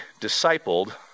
discipled